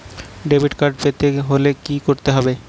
Debit card পেতে হলে কি করতে হবে?